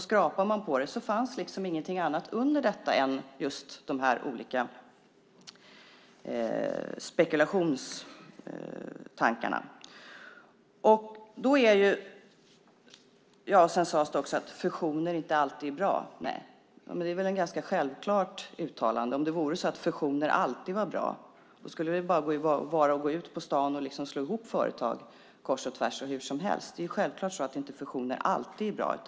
Skrapar man på det finns det inte något annat under detta än just de här spekulationstankarna. Det sades också att fusioner inte alltid är bra. Det är väl ett ganska självklart uttalande. Om det var så att fusioner alltid är bra skulle det bara vara att gå ut på stan och slå ihop företag kors och tvärs och hur som helst. Det är självklart att fusioner inte alltid är bra.